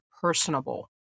personable